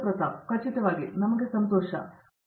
ಪ್ರತಾಪ್ ಹರಿಡೋಸ್ ಖಚಿತವಾಗಿ ನಮ್ಮ ಸಂತೋಷ ನಮ್ಮ ಸಂತೋಷ